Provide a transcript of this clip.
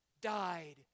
died